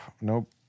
nope